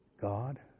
God